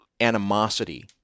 animosity